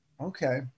Okay